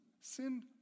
sin